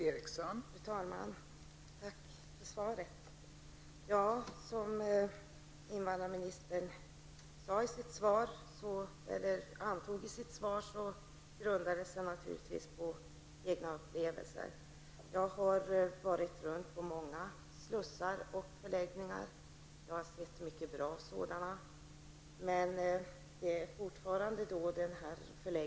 Fru talman! Tack för svaret! Som invandrarministern antog i sitt svar grundar sig naturligtvis min fråga på egna upplevelser. Jag har varit på många slussar och förläggningar och sett många som är bra.